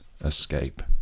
escape